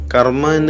Karma